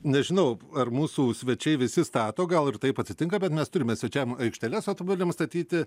nežinau ar mūsų svečiai visi stato gal ir taip atsitinka bet mes turime svečiam aikšteles automobiliam statyti